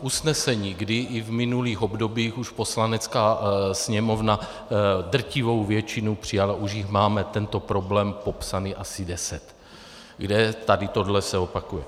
Usnesení, kdy i v minulých obdobích už Poslanecká sněmovna drtivou většinu přijala, už jich máme tento problém popsaný asi deset, kde se tady tohle opakuje.